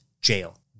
jail